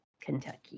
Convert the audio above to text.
Kentucky